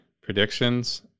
predictions